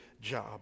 job